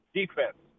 defense